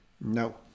No